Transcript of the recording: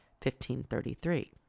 1533